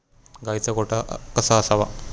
गाईचा गोठा कसा असावा?